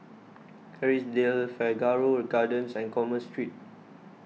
Kerrisdale Figaro Gardens and Commerce Street